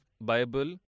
Bible